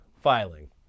filing